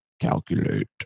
calculate